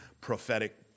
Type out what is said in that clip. prophetic